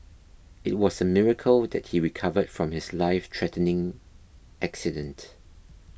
it was a miracle that he recovered from his lifethreatening accident